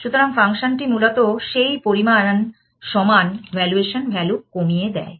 সুতরাং ফাংশন টি মূলত সেই পরিমাণ সমান ভ্যালুয়েশন ভ্যালু কমিয়ে দেয়